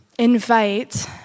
Invite